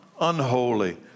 unholy